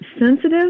sensitive